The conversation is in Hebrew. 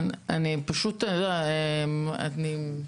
אני מאוד